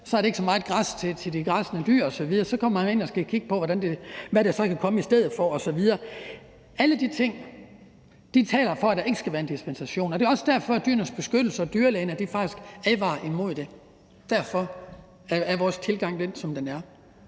og der så ikke er så meget græs til de græssende dyr osv., ind og skal kigge på, hvad der så kan komme i stedet for osv. Alle de ting taler for, at der ikke skal være en dispensation, og det er faktisk også derfor, Dyrenes Beskyttelse og dyrlægerne advarer imod det. Derfor er vores tilgang den, som den er.